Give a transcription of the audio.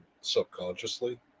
subconsciously